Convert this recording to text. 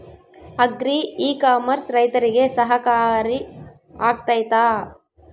Agri e commerce ರೈತರಿಗೆ ಸಹಕಾರಿ ಆಗ್ತೈತಾ?